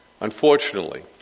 Unfortunately